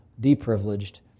deprivileged